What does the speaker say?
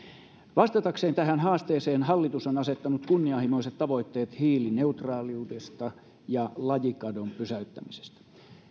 vastatakseen tähän haasteeseen hallitus on asettanut kunnianhimoiset tavoitteet hiilineutraaliudesta ja lajikadon pysäyttämisestä